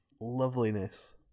loveliness